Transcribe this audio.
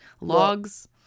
logs